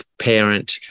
parent